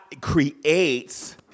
creates